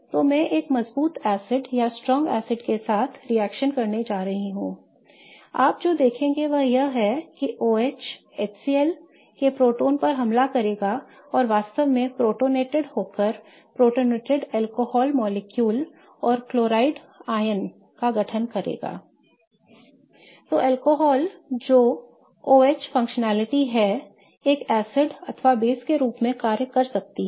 तो मैं इसे एक मजबूत एसिड के साथ रिएक्शन करने जा रहा हूं आप जो देखेंगे वह यह है कि OH HCl के प्रोटॉन पर हमला करेगा और वास्तव में प्रोटॉननेटेड होकर प्रोटॉननेटेड अल्कोहल अणु और Cl का गठन करेगा I तो अल्कोहल जो OH कार्यक्षमता है एक एसिड अथवा आधार के रूप में कार्य कर सकती है